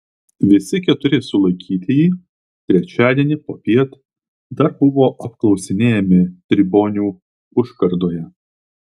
visi keturi sulaikytieji trečiadienį popiet dar buvo apklausinėjami tribonių užkardoje